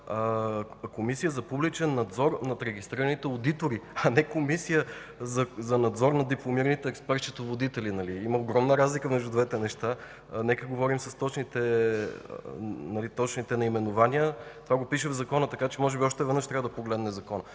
Комисия за публичен надзор над регистрираните одитори, а не Комисия за надзор над дипломираните експерт-счетоводители. Има огромна разлика между двете неща. Нека говорим с точните наименования. Това го пише в закона. Така че може би още веднъж трябва да погледне закона.